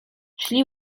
szli